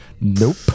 Nope